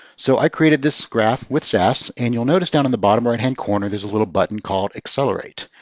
so i created this graph with sas. and you'll notice down in the bottom right-hand corner, there's a little button called accelerate.